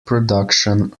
production